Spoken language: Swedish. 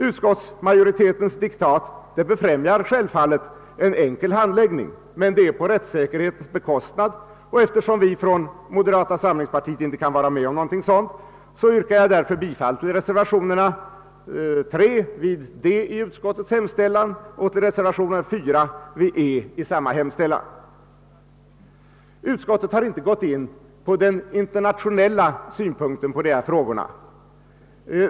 Utskottsmajoritetens diktat befrämjar självfallet en enkel handläggning, men det sker på rättsäkerhetens bekostnad. Eftersom vi inom moderata samlingspartiet inte kan vara med om någonting sådant, yrkar jag därför under punkten D bifall till reservationen III och under punkten E till reservationen IV. Utskottet har inte tagit upp den internationella synpunkten på dessa frågor.